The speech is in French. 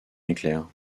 éclair